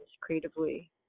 creatively